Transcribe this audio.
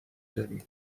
زنی